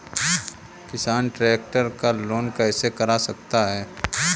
किसान ट्रैक्टर का लोन कैसे करा सकता है?